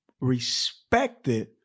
respected